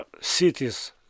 cities